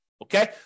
Okay